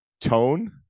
tone